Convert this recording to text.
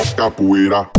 capoeira